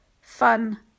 fun